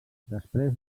després